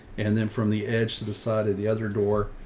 and then from the edge to the side of the other door.